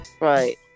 right